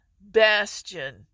bastion